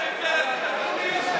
אחד, לפריפריה כתשלומים.